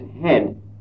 head